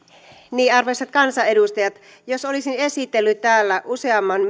arvoisat kansanedustajat jos olisin esitellyt täällä useamman